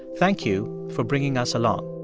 thank you for bringing us along.